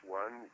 one